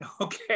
Okay